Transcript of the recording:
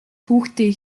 хүүхдээ